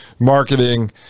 marketing